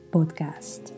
Podcast